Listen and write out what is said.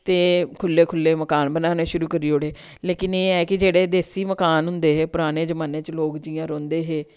ते खुल्ले खुल्ले मकान बनाने शुरू करी ओड़े लेकिन एह् ऐ कि जेह्ड़े देस्सी मकान होंदे हे पराने जमाने च लोग जियां रौंह्दे हे